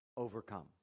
overcome